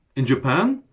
in japan,